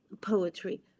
poetry